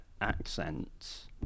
accents